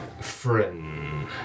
Friend